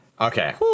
Okay